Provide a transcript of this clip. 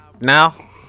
Now